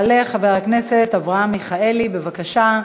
מס' 1868. יעלה חבר הכנסת אברהם מיכאלי, בבקשה.